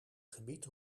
gebied